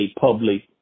public